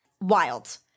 wild